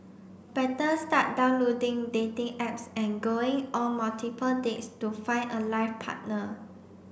better start downloading dating apps and going on multiple dates to find a life partner